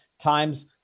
times